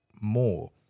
more